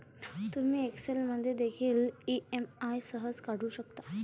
तुम्ही एक्सेल मध्ये देखील ई.एम.आई सहज काढू शकता